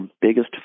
biggest